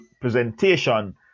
presentation